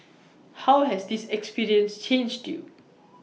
how has this experiences changed you